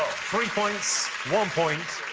three points. one point.